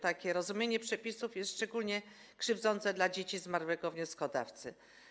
Takie rozumienie przepisów jest szczególnie krzywdzące dla dzieci zmarłego wnioskodawcy.